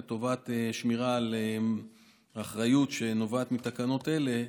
לטובת שמירה על האחריות שנובעת מתקנות אלה,